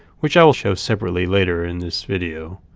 which i will show separately later in this video,